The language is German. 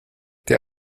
der